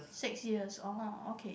six years orh okay